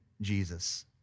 Jesus